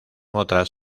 otras